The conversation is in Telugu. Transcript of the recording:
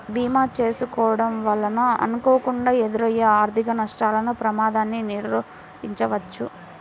భీమా చేసుకోడం వలన అనుకోకుండా ఎదురయ్యే ఆర్థిక నష్టాల ప్రమాదాన్ని నిరోధించవచ్చు